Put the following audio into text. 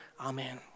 amen